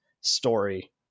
story